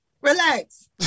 relax